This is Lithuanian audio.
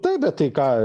taip bet tai ką